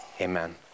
amen